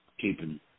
keeping